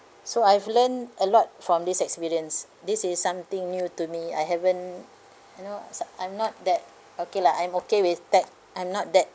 so I've learnt a lot from this experience this is something new to me I haven't you know I'm not that okay lah I'm okay with tech I'm not that